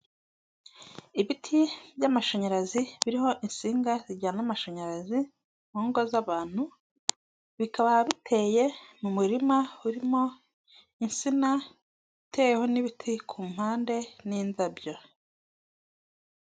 Ibiti by'amashanyarazi biriho insinga zijyana amashanyarazi mu ngo z'abantu bikaba biteye mu murima urimo insina itewe n'ibiti ku mpande n'indabyo.